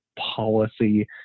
policy